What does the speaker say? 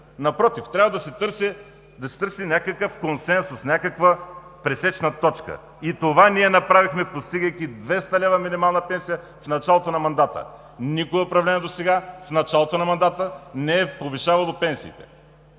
Напротив, трябва да се търси някакъв консенсус, някаква пресечна точка. И това направихме ние, постигайки 200 лв. минимална пенсия в началото на мандата. Никое управление досега в началото на мандата не е повишавало пенсиите.